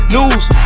News